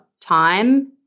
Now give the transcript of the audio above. time